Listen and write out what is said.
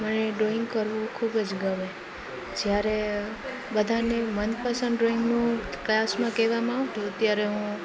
મને ડ્રોઈંગ કરવું ખૂબ જ ગમે જ્યારે બધાને મનપસંદ ડ્રોઈંગનું ક્લાસમાં કહેવામાં આવતું ત્યારે હું